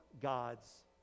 God's